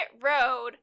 road